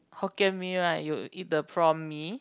Hokkien Mee right you eat the Prawn Mee